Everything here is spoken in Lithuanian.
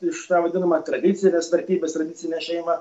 iš tą vadinamą tradicines vertybes tradicinę šeimą